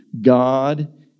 God